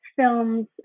films